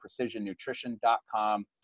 precisionnutrition.com